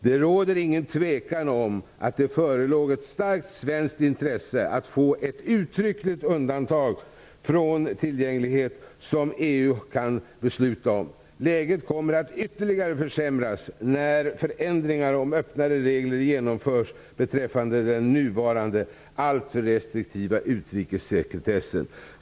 Det råder inget tvivel om att det förelåg ett starkt svenskt intresse att få ett uttryckligt undantag från tillgänglighet som EU kan besluta om. Läget kommer att ytterligare försämras när förändringar om öppnare regler genomförs beträffande den nuvarande alltför restriktiva utrikessekretessen.